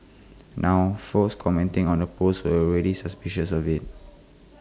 now folks commenting on the post were already suspicious of IT